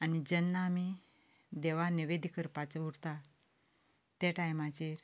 आनी जेन्ना आमी देवाक नैवद्द करपाचो उरता ते टायमाचेर